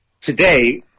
today